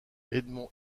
edmond